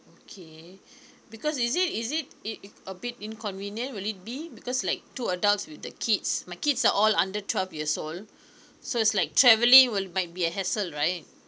okay because is it is it it a bit inconvenient will it be because like two adults with the kids my kids are all under twelve years old so it's like traveling will might be a hassle right